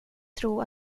tro